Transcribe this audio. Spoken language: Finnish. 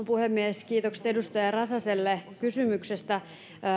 puhemies kiitokset edustaja räsäselle kysymyksestä